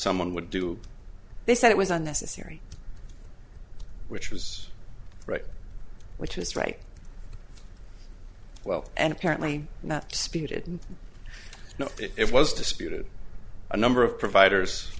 someone would do they said it was unnecessary which was right which is right well and apparently not disputed no it was disputed a number of providers